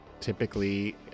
typically